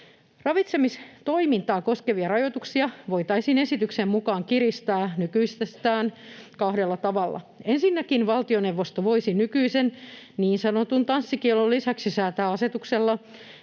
Ravitsemistoimintaa koskevia rajoituksia voitaisiin esityksen mukaan kiristää nykyisestä kahdella tavalla: Ensinnäkin valtioneuvosto voisi nykyisen niin sanotun tanssikiellon lisäksi säätää asetuksella